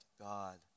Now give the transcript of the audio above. God